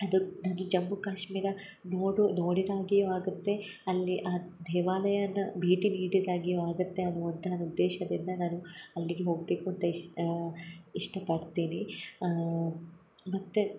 ಅದು ನಾನು ಜಮ್ಮು ಕಾಶ್ಮೀರ ನೋಡು ನೋಡಿದಾಗೆಯು ಆಗುತ್ತೆ ಅಲ್ಲಿ ಆ ದೇವಾಲಯನ ಭೇಟಿ ನೀಡಿದಾಗೆಯು ಆಗುತ್ತೆ ಅನ್ನುವಂಥ ಒಂದು ಉದ್ದೇಶದಿಂದ ನಾನು ಅಲ್ಲಿಗೆ ಹೋಗಬೇಕು ಅಂತ ಇಷ್ ಇಷ್ಟಪಡ್ತೀನಿ ಮತ್ತು